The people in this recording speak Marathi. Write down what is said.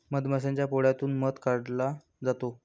मधमाशाच्या पोळ्यातून मध काढला जातो